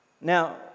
Now